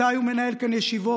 מתי הוא מנהל כאן ישיבות?